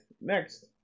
next